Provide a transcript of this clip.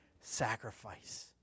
sacrifice